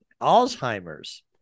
alzheimer's